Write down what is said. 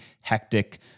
hectic